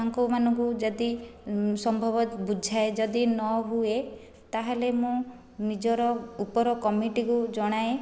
ତାଙ୍କ ମାନଙ୍କୁ ଯଦି ସମ୍ଭବ ବୁଝାଏ ଯଦି ନ ହୁଏ ତାହେଲେ ମୁଁ ନିଜର ଉପର କମିଟି କୁ ଜଣାଏ